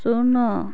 ଶୂନ